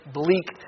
bleak